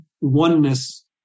oneness